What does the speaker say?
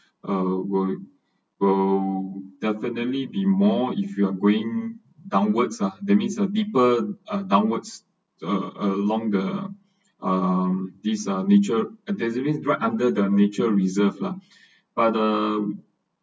uh will will definitely be more if you're going downwards uh that means a deeper uh downwards a~ along the um this are nature that’s mean right under the nature reserved lah but uh